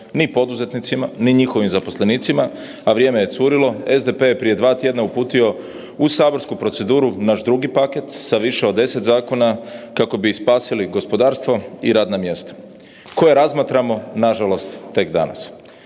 ni poduzetnicima, ni njihovim zaposlenicima, a vrijeme je curilo, SDP je prije dva tjedna uputio u saborsku proceduru naš drugi paket sa više od 10 zakona kako bi spasili gospodarstvo i radna mjesta, koja razmatramo nažalost tek danas.